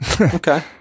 Okay